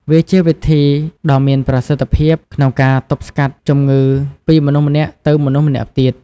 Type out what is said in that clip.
វាជាវិធីដ៏មានប្រសិទ្ធភាពក្នុងការទប់ស្កាត់ជំងឺពីមនុស្សម្នាក់ ទៅមនុស្សម្នាក់ទៀត។